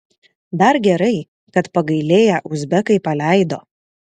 dar gerai kad pagailėję uzbekai paleido